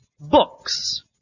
Books